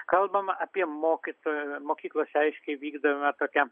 kalbama apie mokytojų mokyklose aiškiai vykdoma tokia